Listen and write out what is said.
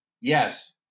Yes